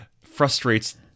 frustrates